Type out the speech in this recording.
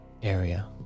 Area